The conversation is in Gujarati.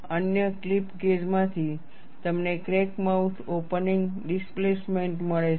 અન્ય ક્લિપ ગેજ માંથી તમને ક્રેક માઉથ ઓપનિંગ ડિસ્પ્લેસમેન્ટ મળે છે